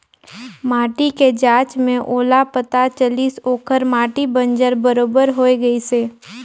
माटी के जांच में ओला पता चलिस ओखर माटी बंजर बरोबर होए गईस हे